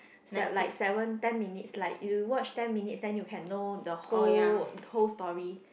se~ like seven ten minutes like you watch ten minutes then you can know the whole the whole story